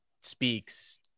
speaks